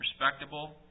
respectable